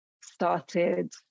started